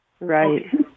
Right